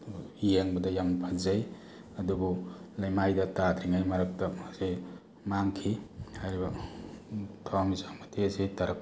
ꯌꯦꯡꯕꯗ ꯌꯥꯝ ꯐꯖꯩ ꯑꯗꯨꯕꯨ ꯂꯩꯃꯥꯏꯗ ꯇꯥꯗ꯭ꯔꯤꯉꯩ ꯃꯔꯛꯇ ꯃꯥꯁꯦ ꯃꯥꯡꯈꯤ ꯍꯥꯏꯔꯤꯕ ꯊꯋꯥꯟꯃꯤꯆꯥꯛ ꯃꯊꯤ ꯑꯁꯦ ꯇꯥꯔꯛ